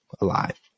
alive